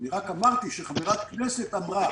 אני רק אמרתי שחברת כנסת אמרה.